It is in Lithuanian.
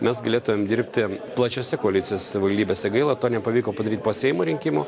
mes galėtumėm dirbti plačiose koalicijos savivaldybėse gaila to nepavyko padaryti po seimo rinkimų